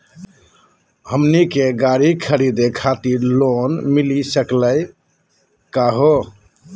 हमनी के गाड़ी खरीदै खातिर लोन मिली सकली का हो?